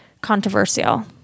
controversial